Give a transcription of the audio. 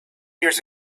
years